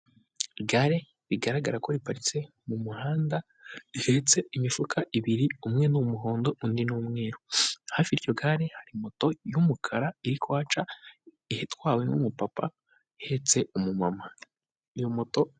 Igare rigaragara ko riparitse mu muhanda, rihetse imifuka ibiri umwe n'umuhondo undi n'umweru. hafi iryo gare hari moto y'umukara iri kuhaca itwawe n'umupapa uhetse umumama, iyo moto.